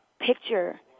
picture